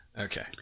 Okay